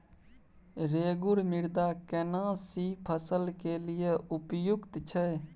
रेगुर मृदा केना सी फसल के लिये उपयुक्त छै?